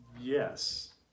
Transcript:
Yes